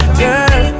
girl